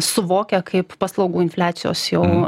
suvokia kaip paslaugų infliacijos jau